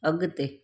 अॻिते